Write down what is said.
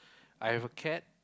I have a cat